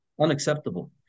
unacceptable